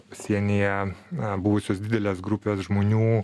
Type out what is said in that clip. pasienyje buvusios didelės grupės žmonių